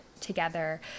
together